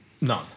None